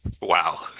Wow